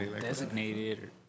Designated